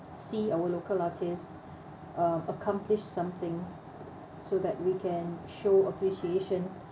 see our local artist uh accomplish something so that we can show appreciation